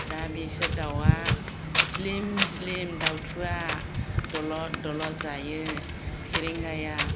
दा बेफोर दाउआ स्लिम स्लिम दाउथुआ दलद दलद जायो फेरेंगाया